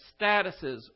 statuses